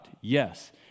yes